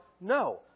no